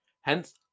hence